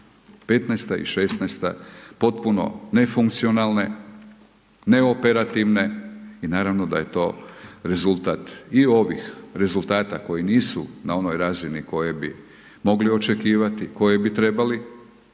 '15.-ta i '16.-ta potpuno nefunkcionalne, neoperativne i naravno da je to rezultat i ovih rezultata koji nisu na onoj razini kojoj bi mogli očekivati, koje bi trebali,